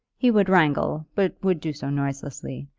he would wrangle, but would do so noiselessly,